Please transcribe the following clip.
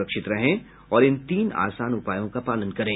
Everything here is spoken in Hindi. सुरक्षित रहें और इन तीन आसान उपायों का पालन करें